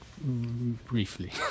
Briefly